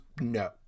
no